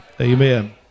amen